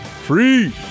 Free